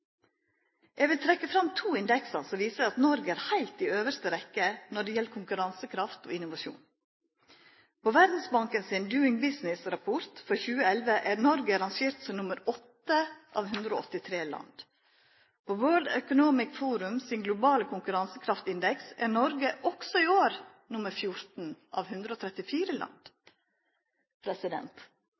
Eg vil trekkje fram to indeksar som viser at Noreg er heilt i fremste rekkje når det gjeld konkurransekraft og innovasjon. I Verdsbanken sin «Doing Business»-rapport for 2011 er Noreg rangert som nummer 8 av 183 land. På World Economic Forum sin globale konkurransekraftindeks er Noreg også i år nummer 14 av 134 land.